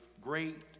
great